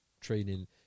training